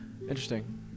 Interesting